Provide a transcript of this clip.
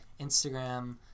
Instagram